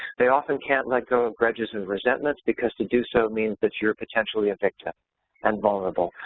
they often can't let go of grudges and resentments because to do so means that you're potentially a victim and vulnerable.